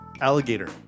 alligator